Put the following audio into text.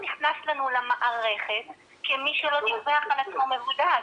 נכנס לנו למערכת כמי שלא דיווח על עצמו כמבודד.